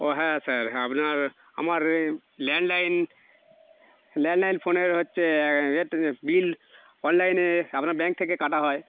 ও হ্যাঁ স্যার আপনার আমার ল্যান্ডলাইন ল্যান্ডলাইন ফোনের হচ্ছে বিল অনলাইনে আপনার ব্যাঙ্ক থেকে কাটা হয়